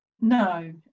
No